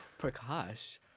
Prakash